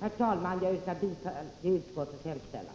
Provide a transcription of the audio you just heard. Herr talman! Jag yrkar bifall till utskottets hemställan.